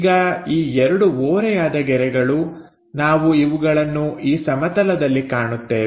ಈಗ ಈ ಎರಡು ಓರೆಯಾದ ಗೆರೆಗಳು ನಾವು ಇವುಗಳನ್ನು ಈ ಸಮತಲದಲ್ಲಿ ಕಾಣುತ್ತೇವೆ